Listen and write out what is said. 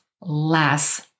less